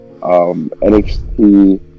NXT